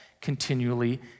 continually